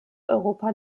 europa